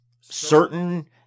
certain